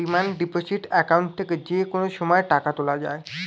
demand deposit account থেকে যে কোনো সময় টাকা তোলা যায়